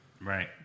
Right